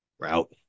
Route